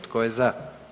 Tko je za?